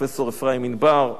פרופסור אפרים ענבר,